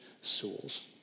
souls